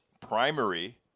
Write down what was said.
primary